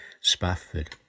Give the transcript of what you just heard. Spafford